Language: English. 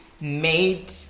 made